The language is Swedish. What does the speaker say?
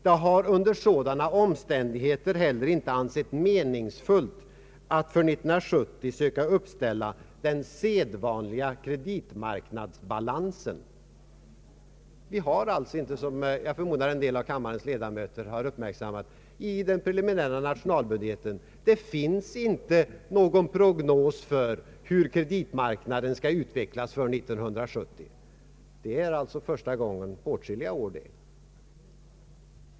Det har under sådana omständigheter heller inte ansetts meningsfullt att för 1970 söka uppställa den sedvanliga kreditmarknadsbalansen.” Vi har alltså inte — som jag förmodar att en del av kammarens ledamöter uppmärksammat — i den preliminära nationalbudgeten någon prognos för hur kreditmarknaden skall utvecklas för 1970. Det är första gången på åtskilliga år.